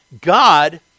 God